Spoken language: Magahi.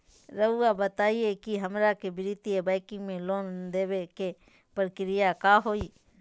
रहुआ बताएं कि हमरा के वित्तीय बैंकिंग में लोन दे बे के प्रक्रिया का होई?